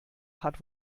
hat